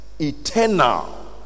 Eternal